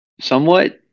somewhat